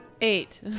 Eight